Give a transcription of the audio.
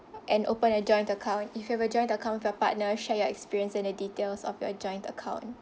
and open a joint account if you have a joint account with your partner share your experience and the details of your joint account